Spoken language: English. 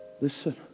Listen